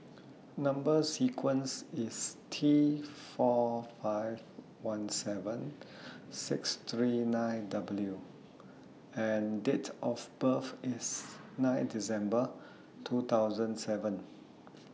Number sequence IS T four five one seven six three nine W and Date of birth IS nine December two thousand seven